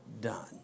done